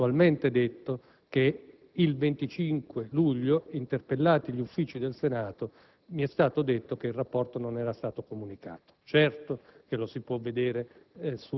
innanzitutto, il 25 luglio, interpellati gli Uffici del Senato, mi è stato detto che il rapporto non era stato comunicato; certo che lo si può vedere